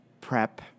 prep